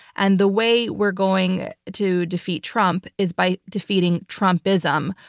and the way we're going to defeat trump is by defeating trumpism,